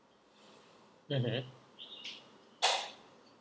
mmhmm